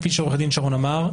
כפי שעורך דין שרון אמר,